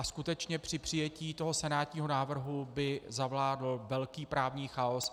Skutečně při přijetí toho senátního návrhu by zavládl velký právní chaos.